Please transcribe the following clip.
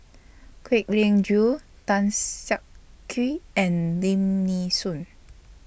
Kwek Leng Joo Tan Siak Kew and Lim Nee Soon